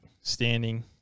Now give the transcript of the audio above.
standing